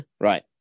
Right